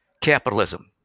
capitalism